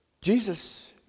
Jesus